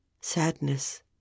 sadness